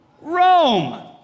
Rome